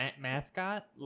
mascot